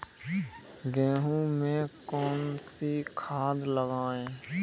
गेहूँ में कौनसी खाद लगाएँ?